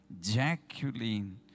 Jacqueline